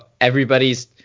everybody's